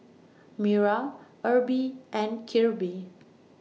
Mira Erby and Kirby